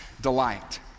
delight